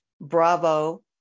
bravo